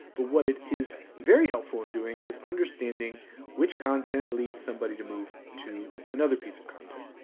but what it is very helpful in doing is understanding which content leads somebody to move to another piece of content.